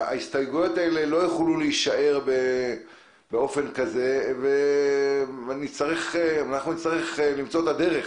ההסתייגויות האלה לא יוכלו להישאר באופן כזה ואנחנו נצטרך למצוא את הדרך